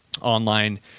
Online